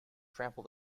trample